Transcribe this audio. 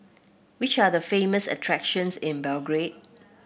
which are the famous attractions in Belgrade